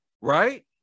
right